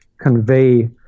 convey